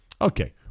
okay